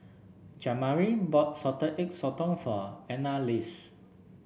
Jamari bought Salted Egg Sotong for Annalise